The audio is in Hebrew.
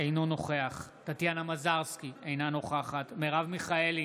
אינו נוכח טטיאנה מזרסקי, אינה נוכחת מרב מיכאלי,